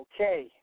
Okay